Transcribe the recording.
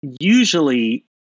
usually